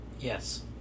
Yes